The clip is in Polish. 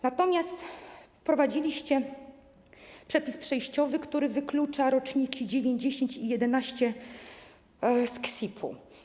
Natomiast wprowadziliście przepis przejściowy, który wyklucza roczniki: dziewięć, dziesięć i jedenaście z KSSiP-u.